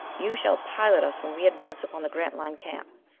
you shall pilot us when we advance upon the grantline camp.